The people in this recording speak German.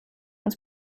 uns